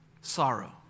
sorrow